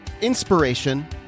inspiration